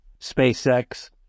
SpaceX